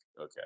Okay